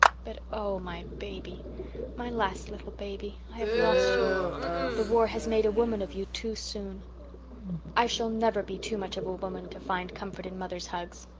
but oh, my baby my last little baby i have lost you the war has made a woman of you too soon i shall never be too much of a woman to find comfort in mother's hugs.